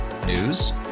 News